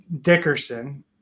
Dickerson